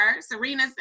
Serena